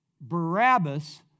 Barabbas